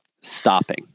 stopping